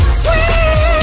sweet